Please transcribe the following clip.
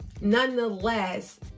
nonetheless